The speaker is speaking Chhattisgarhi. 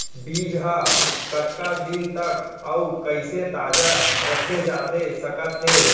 बीज ह कतका दिन तक अऊ कइसे ताजा रखे जाथे सकत हे?